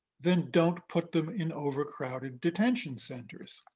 then don't put them in overcrowded detention centers.